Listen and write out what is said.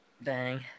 Bang